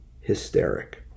hysteric